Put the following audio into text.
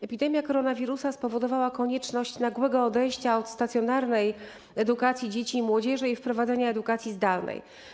Epidemia koronawirusa spowodowała konieczność nagłego odejścia od stacjonarnej edukacji dzieci i młodzieży i wprowadzenia edukacji zdalnej.